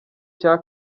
cya